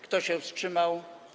Kto się wstrzymał?